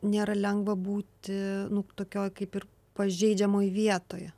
nėra lengva būti tokioj kaip ir pažeidžiamoj vietoj